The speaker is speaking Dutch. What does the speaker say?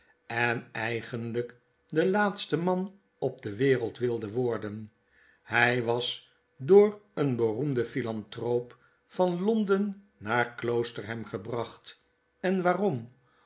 en eigenlijk de laatste man op de wereld wilde worden hij was door een beroemden philanthroop van londen naarkloosterharagebracht en waarom